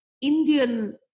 Indian